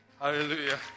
Hallelujah